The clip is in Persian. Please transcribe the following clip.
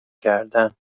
کردن